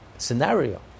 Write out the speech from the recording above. Scenario